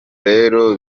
rero